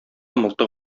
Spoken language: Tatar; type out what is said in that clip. мылтык